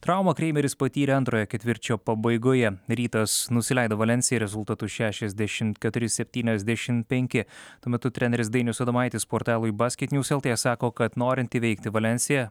traumą kreimeris patyrė antrojo ketvirčio pabaigoje rytas nusileido valensijai rezultatu šešiasdešimt keturi septyniasdešimt penki tuo metu treneris dainius adomaitis portalui basket njus el tė sako kad norint įveikti valensiją